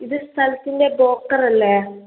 ഇത് സ്ഥലത്തിൻ്റെ ബ്രോക്കർ അല്ലേ